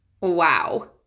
wow